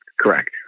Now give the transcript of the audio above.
Correct